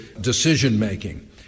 decision-making